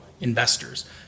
investors